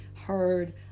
heard